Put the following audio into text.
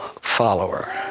follower